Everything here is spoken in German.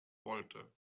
wollte